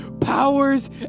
powers